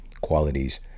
qualities